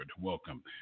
welcome